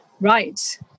Right